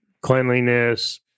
cleanliness